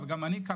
גם אני,